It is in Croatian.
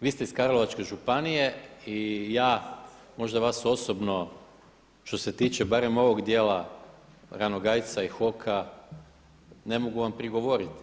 Vi ste iz Karlovačke županije i ja vas možda osobno što se tiče barem ovog dijela Ranogajca i HOK-a ne mogu vam prigovoriti.